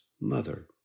mother